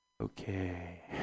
Okay